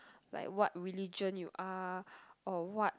like what religion you are or what